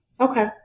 Okay